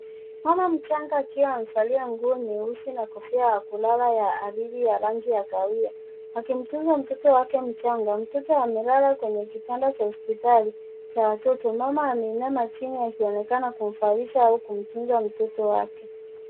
Mama mchanga akiwa amevalia nguo nyeusi na kofia ya kulala ya waridi ya rangi ya kahawia, akimtunza mtoto wake mchanga. Mtoto amelala kwenye kitanda cha hospitali cha watoto. Mama ameinama chini akionekana kumvalisha au kumtunza mtoto wake.